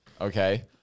okay